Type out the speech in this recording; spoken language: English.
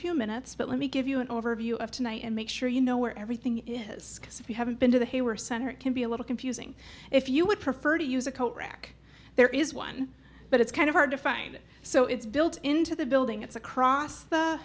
few minutes but let me give you an overview of tonight and make sure you know where everything is because if you haven't been to the hey were center it can be a little confusing if you would prefer to use a coat rack there is one but it's kind of hard to find it so it's built into the building it's across the